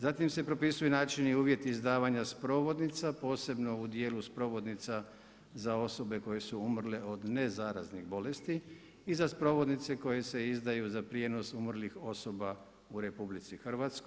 Zatim se propisuju načini, uvjeti izdavanja sprovodnica, posebno u dijelu sprovodnica za osobe koje su umrle od nezaraznih bolesti i za sprovodnice koje se izdaju za prijenos umrlih osoba u RH.